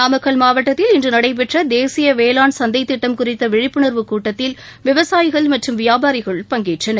நாமக்கல் மாவட்டத்தில் இன்று நடைபெற்ற தேசிய வேளாண் சந்தைத் திட்டம் குறித்த விழிப்புணர்வு கூட்டத்தில் விவசாயிகள் மற்றும் வியாபாரிகள் பங்கேற்றனர்